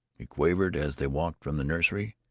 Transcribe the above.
he quavered as they walked from the nursery